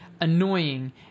annoying